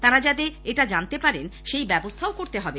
তাঁরা যাতে এটা জানতে পারেন সেই ব্যবস্হাও করতে হবে